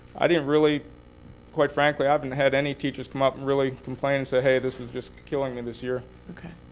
i didn't really quite frankly, i haven't had any teachers come up and really complain and say, hey, this is just killing me this year. ok,